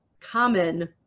common